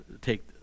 take